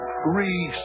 three